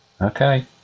Okay